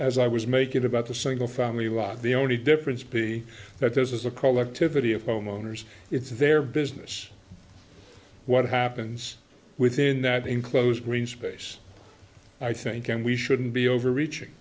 as i was making about the single family the only difference be that this is a collective body of homeowners it's very business what happens within that enclosed green space i think and we shouldn't be overreaching